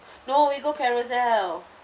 no we go carousell